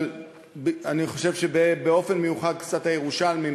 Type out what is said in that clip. אבל אני חושב שבאופן מיוחד קצת הירושלמים,